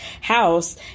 house